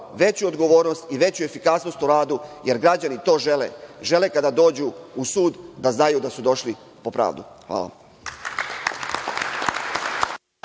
veću odgovornost i veću efikasnost u radu jer građani to žele. Žele kada dođu u sud, da znaju da su došli po pravdu. Hvala.